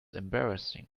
embarrassing